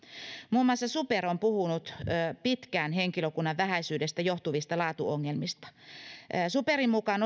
muun muassa super on puhunut pitkään henkilökunnan vähäisyydestä johtuvista laatuongelmista superin mukaan